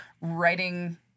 writing